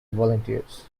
volunteers